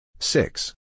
Six